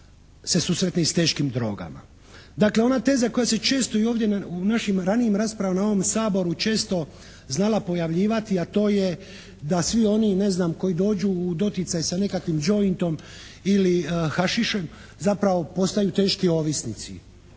se susretne i s teškim drogama. Dakle, ona teza koja se često i ovdje u našim ranijim rasprava na ovom Saboru često znala pojavljivati, a to je da svi oni, ne znam, koji dođu u doticaj sa nekakvim "jointom" ili hašišem zapravo postaju teški ovisnici.